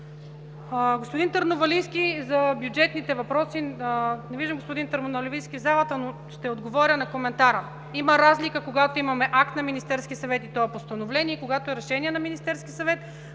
Господин Търновалийски за бюджетните въпроси. Не виждам господин Търновалийски в залата, но ще отговоря на коментара му. Има разлика, когато имаме акт на Министерския съвет, и той е постановление, когато е решение на Министерския съвет.